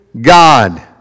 God